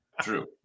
True